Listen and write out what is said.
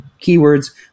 keywords